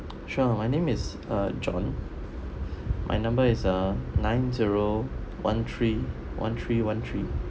sure my name is uh john my number is uh nine zero one three one three one three